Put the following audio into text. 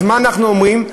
אז מה אנחנו אומרים?